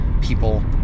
people